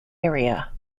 area